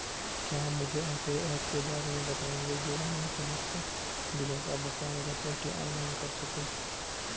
क्या मुझे ऐसे ऐप के बारे में बताएँगे जो मैं समस्त बिलों का भुगतान घर बैठे ऑनलाइन कर सकूँ?